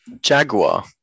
Jaguar